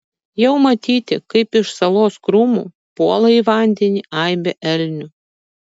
jau matyti kaip iš salos krūmų puola į vandenį aibė elnių